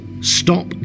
stop